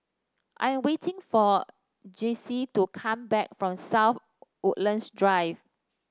I am waiting for Jayce to come back from South Woodlands Drive